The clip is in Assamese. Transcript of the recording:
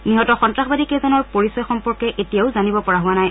নিহত সন্তাসবাদীকেইজনৰ পৰিচয় সম্পৰ্কে এতিয়াও জানিব পৰা হোৱা নাই